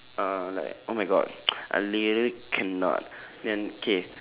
uh like oh my god I literally cannot then okay